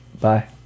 Bye